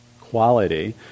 quality